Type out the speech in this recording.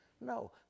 No